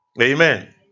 Amen